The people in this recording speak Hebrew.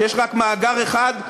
שיש רק מאגר אחד,